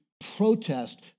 protest